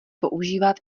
používat